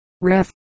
Ref